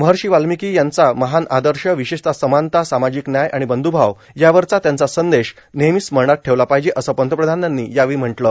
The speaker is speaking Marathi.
महर्षी वाल्मिकी यांचा महान आदर्श विशेषत समानता सामाजिक न्याय आणि बंधुभाव यावरचा त्यांचा संदेश नेहमी स्मरणात ठेवला पाहिजे असं पंतप्रधानांनी म्हटलं आहे